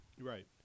Right